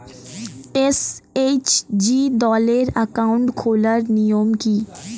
SHG দলের account খোলার নিয়ম কী?